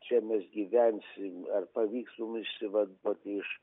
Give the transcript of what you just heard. čia mes gyvensim ar pavyks išsivaduoti iš